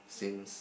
since